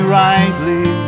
rightly